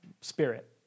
spirit